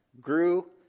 grew